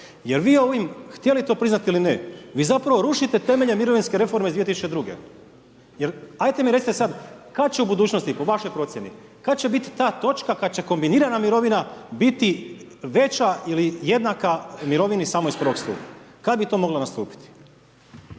Jer vi ovim, htjeli to priznati ili ne, vi zapravo rušite temelje mirovinske reforme iz 2002. jer ajte mi recite sad kad će u budućnosti po vašoj procjeni, kad će biti ta točka kad će kombinirana mirovina biti veća ili jednaka mirovini samo iz prvog stupa? Kad bi to moglo nastupiti?